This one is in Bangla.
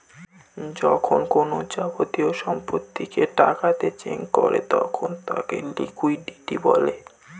যখন কোনো যাবতীয় সম্পত্তিকে টাকাতে চেঞ করে তখন তাকে লিকুইডিটি বলে